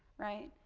right.